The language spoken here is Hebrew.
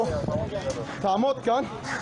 בבקשה.